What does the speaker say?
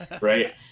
Right